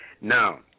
Now